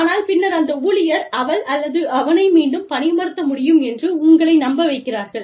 ஆனால் பின்னர் அந்த ஊழியர் அவள் அல்லது அவனை மீண்டும் பணியமர்த்த முடியும் என்று உங்களை நம்ப வைக்கிறார்கள்